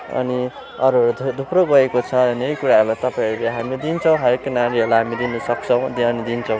अनि अरूहरू थुप्रो गएको छ अनि यही कुराहरूलाई तपाईँहरूले हामीले दिन्छौँ हरेक नानीहरूलाई हामी दिन सक्छौँ अनि दिन्छौंँ